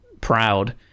proud